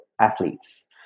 athletes